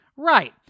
Right